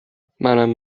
منم